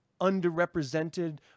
underrepresented